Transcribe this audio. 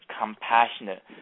compassionate